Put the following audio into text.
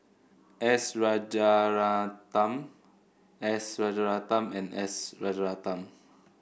S Rajaratnam S Rajaratnam and S Rajaratnam